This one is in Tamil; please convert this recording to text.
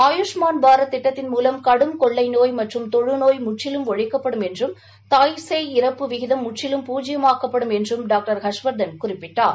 ஆயூஷ்மான் பாரத் திட்டத்தின் மூலம் கடும் கொள்ளை நோய் மற்றும் தொழுநோய் முற்றிலும் ஒழிக்கப்படும் என்றும் தாய் சேய் இறப்பு விகிதம் முற்றிலும் பூஜ்ஜியமாக்கப்படும் என்றும் டாக்டர் ஹர்ஷவர்தன் குறிப்பிட்டார்